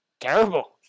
Terrible